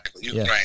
Ukraine